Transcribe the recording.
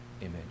Image